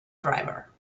driver